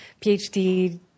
PhD